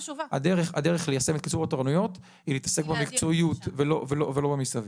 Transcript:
הדרך ליישם את קיצור התורנויות היא להתעסק במקצועיות ולא במסביב.